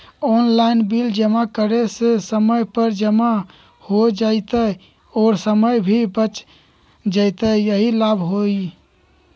Online bill जमा करे से समय पर जमा हो जतई और समय भी बच जाहई यही लाभ होहई?